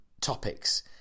topics